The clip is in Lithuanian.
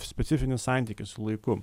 specifinis santykis su laiku